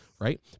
right